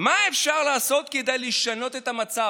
מה אפשר לעשות כדי לשנות את המצב?